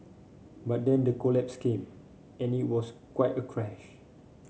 but then the collapse came and it was quite a crash